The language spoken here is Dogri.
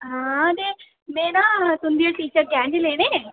हां ते में ना तुं'दी हट्टी दा गैह्ने लेदे